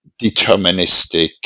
deterministic